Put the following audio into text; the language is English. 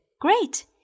Great